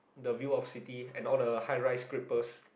the view of city and all the high rise scrappers